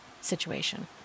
situation